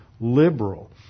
liberal